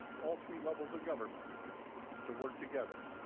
all three levels of government to work together,